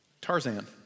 tarzan